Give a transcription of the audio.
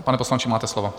Pane poslanče, máte slovo.